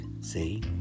see